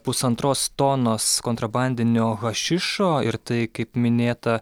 pusantros tonos kontrabandinio hašišo ir tai kaip minėta